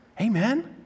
Amen